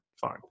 fine